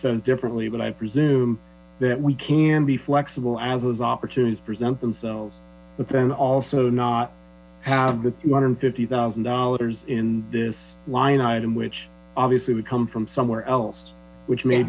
so differently but i presume that we can be flexible as those opportunities present themselves and also not have that two hundred and fifty thousand dollars in this line item which obviously would come from somewhere else which may